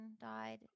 died